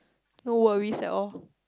no worries at all